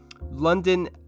london